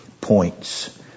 points